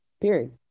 Period